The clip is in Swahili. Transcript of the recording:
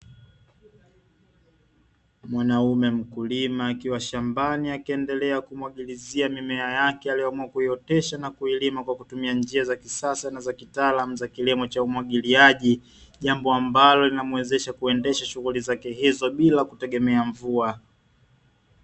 Mwanaume mkulima akiwa shambani akiendelea kumwagilizia mimea yake aliyoamua kuiotesha na kuilima kwa kutumia njia za kisasa na za kitaalamu za kilimo cha umwagiliaji; jambo ambalo linamwezesha kuendesha shughuli zake hizo bila kutegemea mvua.